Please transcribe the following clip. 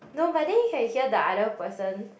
no but then you can hear the other person